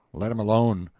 let him alone.